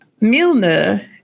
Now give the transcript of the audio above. Milne